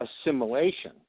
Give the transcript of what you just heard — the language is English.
assimilation